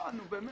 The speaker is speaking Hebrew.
נו באמת.